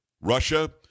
Russia